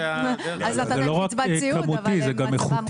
אז נתת קצבת סיעוד אבל מצבם רע.